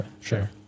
sure